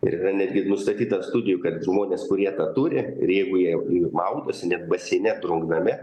ir netgi nustatyta studijų kad žmonės kurie tą turi ir jeigu jie jau nu maudosi net baseine drungname